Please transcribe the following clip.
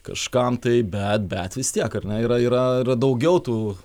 kažkam tai bet bet vis tiek ar ne yra yra yra daugiau tų